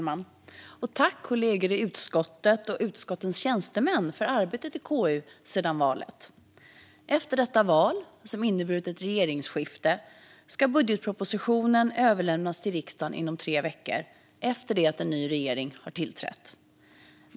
Herr talman! Tack, kollegor i utskottet och utskottens tjänstemän, för arbetet i KU sedan valet! Efter detta val, som inneburit ett regeringsskifte, ska budgetpropositionen överlämnas till riksdagen inom tre veckor efter det att en ny regering har tillträtt.